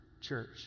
church